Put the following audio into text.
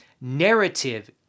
Narrative